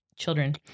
children